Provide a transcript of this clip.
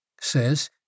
says